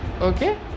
Okay